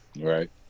Right